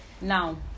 Now